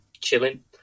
chilling